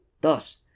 Thus